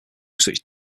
such